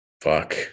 Fuck